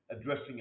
addressing